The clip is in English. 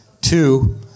Two